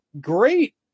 Great